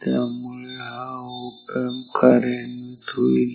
त्यामुळे हा op amp कार्यान्वित होईल